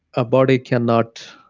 ah body cannot